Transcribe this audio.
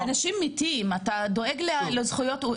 אנשים מתים, אתה דואג לזכויות של העובדים.